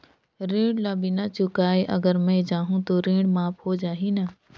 ऋण ला बिना चुकाय अगर मै जाहूं तो ऋण माफ हो जाही न?